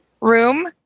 room